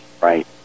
Right